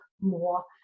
more